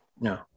No